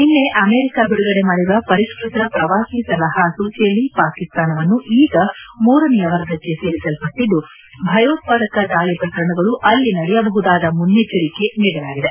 ನಿನ್ನೆ ಅಮೆರಿಕ ಬಿಡುಗಡೆ ಮಾಡಿರುವ ಪರಿಷ್ಕೃತ ಪ್ರವಾಸಿ ಸಲಹಾ ಸೂಚಿಯಲ್ಲಿ ಪಾಕಿಸ್ತಾನವನ್ನು ಈಗ ಮೂರನೆಯ ವರ್ಗಕ್ಕೆ ಸೇರಿಸಲ್ಪಟ್ಟಿದ್ದು ಭಯೋತ್ವಾದಕ ದಾಳಿ ಪ್ರಕರಣಗಳು ಅಲ್ಲಿ ನಡೆಯಬಹುದಾದ ಮುನ್ನೆಚ್ಚರಿಕೆ ನೀಡಲಾಗಿದೆ